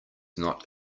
not